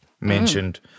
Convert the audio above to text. mentioned